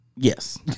Yes